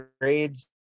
grades